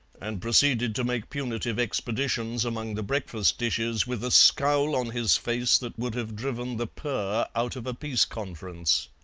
and proceeded to make punitive expeditions among the breakfast dishes with a scowl on his face that would have driven the purr out of a peace conference.